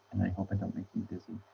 hope i don't make you dizzy